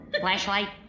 Flashlight